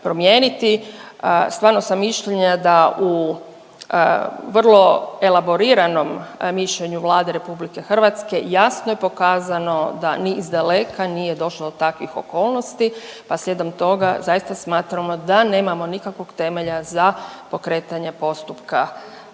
Stvarno sam mišljenja da u vrlo elaboriranom mišljenju Vlade Republike Hrvatske jasno je pokazano da ni iz daleka nije došlo do takvih okolnosti, pa slijedom toga zaista smatramo da nemamo nikakvog temelja za pokretanje postupka izmjene